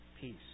peace